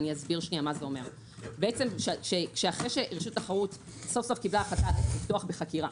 אסביר - אחרי שרשות התחרות סוף-סוף פתחה בחקירה,